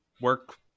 work